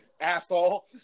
Asshole